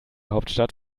hauptstadt